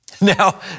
Now